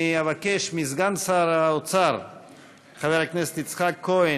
אני אבקש מסגן שר האוצר חבר הכנסת יצחק כהן